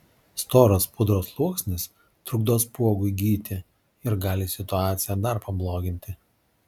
storas pudros sluoksnis trukdo spuogui gyti ir gali situaciją dar pabloginti